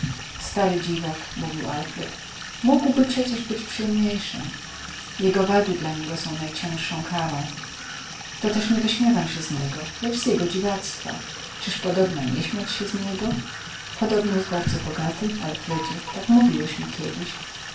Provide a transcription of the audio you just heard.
stary dziwak mówił alfred mógłby przecie być przyjemniejszym jego wady dla niego są najcięższą karą to też nie wyśmiewam się z niego lecz z jego dziwactwa czyż podobna nie śmiać się z tego podobno jest bardzo bogaty alfredzie tak mówiłeś mi kiedyś